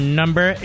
number